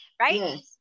right